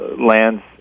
lands